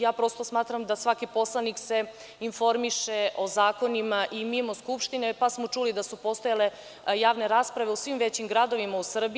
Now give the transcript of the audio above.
Ja prosto smatram da svaki poslanik se informiše o zakonima i mimo Skupštine pa smo čuli da su postojale javne rasprave u svim većim gradovima u Srbiji.